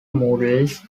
models